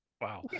wow